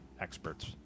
experts